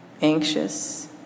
anxious